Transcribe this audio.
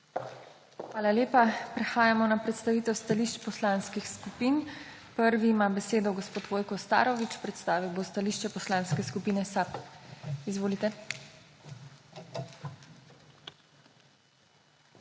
Hvala lepa. Prehajamo na predstavitev stališč poslanskih skupin. Prvi ima besedo gospod Vojko Starović. Predstavil bo tališče Poslanske skupine SAB. Izvolite.